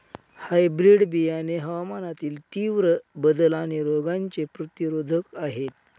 hybrid बियाणे हवामानातील तीव्र बदल आणि रोगांचे प्रतिरोधक आहे